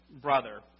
brother